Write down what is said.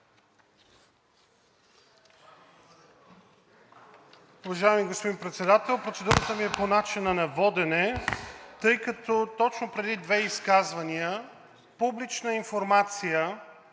Уважаеми господин Председател, процедурата ми е по начина на водене, тъй като точно преди две изказвания публична информация,